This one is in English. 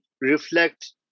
reflect